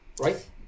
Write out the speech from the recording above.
right